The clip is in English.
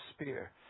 spear